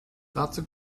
dazu